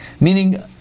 Meaning